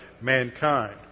mankind